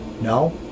No